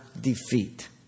defeat